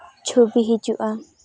ᱪᱷᱚᱵᱤ ᱦᱤᱡᱩᱜᱼᱟ